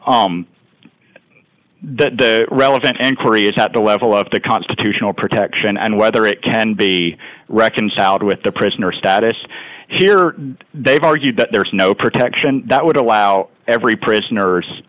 be the relevant and creates at the level of the constitutional protection and whether it can be reconciled with the prisoner status here they've argued that there is no protection that would allow every prisoner